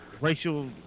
Racial